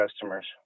customers